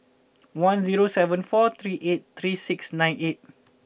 one zero seven four three eight three six nine eight